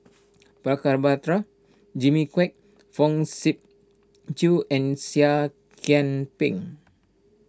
Prabhakara Jimmy Quek Fong Sip Chee and Seah Kian Peng